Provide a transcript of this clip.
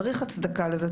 צריך הצדקה לזה.